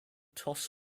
toss